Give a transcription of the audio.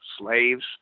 slaves